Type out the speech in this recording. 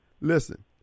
Listen